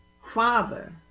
father